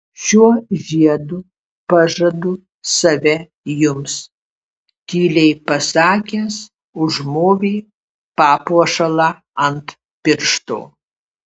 šiuo žiedu pažadu save jums tyliai pasakęs užmovė papuošalą ant piršto